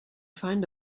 find